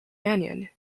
anion